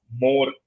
more